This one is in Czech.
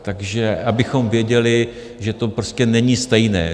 Takže abychom věděli, že to prostě není stejné.